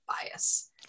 bias